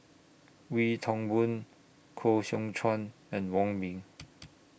Wee Toon Boon Koh Seow Chuan and Wong Ming